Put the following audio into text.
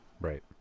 right